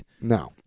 No